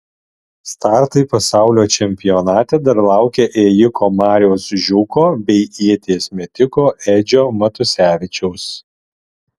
startai pasaulio čempionate dar laukia ėjiko mariaus žiūko bei ieties metiko edžio matusevičiaus